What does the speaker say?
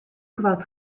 koart